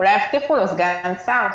אולי הבטיחו לו סגן שר.